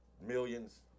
millions